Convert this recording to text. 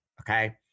Okay